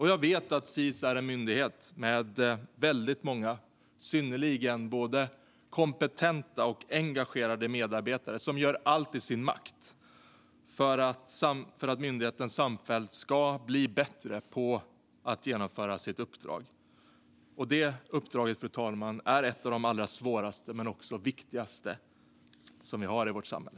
Jag vet att Sis är en myndighet med väldigt många synnerligen kompetenta och engagerade medarbetare som gör allt i sin makt för att myndigheten samfällt ska bli bättre på att genomföra sitt uppdrag. Det uppdraget, fru talman, är ett av de allra svåraste men också viktigaste i vårt samhälle.